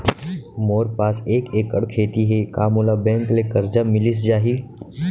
मोर पास एक एक्कड़ खेती हे का मोला बैंक ले करजा मिलिस जाही?